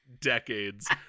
decades